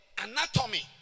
Anatomy